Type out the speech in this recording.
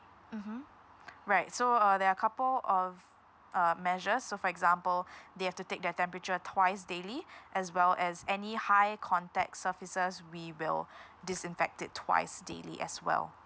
mmhmm right so uh there are couple of uh measures so for example they have to take their temperature twice daily as well as any high contact surfaces we will disinfect it twice daily as well